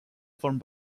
from